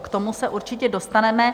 K tomu se určitě dostaneme.